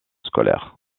scolaire